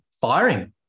Firing